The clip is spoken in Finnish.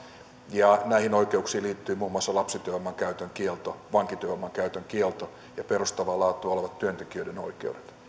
ja näihin oikeuksiin liittyy muun muassa lapsityövoiman käytön kielto vankityövoiman käytön kielto ja perustavaa laatua olevat työntekijöiden oikeudet